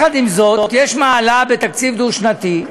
עם זאת, יש מעלה בתקציב דו-שנתי,